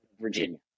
Virginia